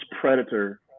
predator